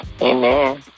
Amen